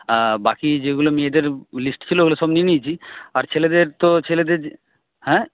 বাকি যেগুলো মেয়েদের লিস্ট ছিলো ওইগুলো সব নিয়ে নিয়েছি আর ছেলেদের তো ছেলেদের হ্যাঁ